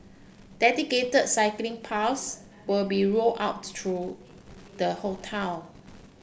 dedicated cycling paths will be roll out through the whole town